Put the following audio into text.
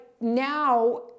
now